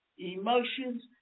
emotions